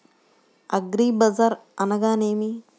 అగ్రిబజార్ అనగా నేమి?